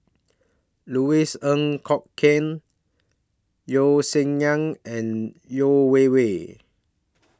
Louis Ng Kok Kwang Yeo Song Nian and Yeo Wei Wei